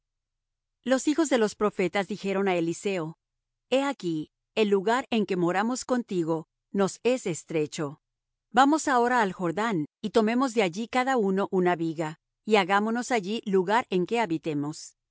los hijos de los profetas dijeron á eliseo he aquí el lugar en que moramos contigo nos es estrecho vamos ahora al jordán y tomemos de allí cada uno una viga y hagámonos allí lugar en que habitemos